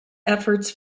efforts